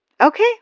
Okay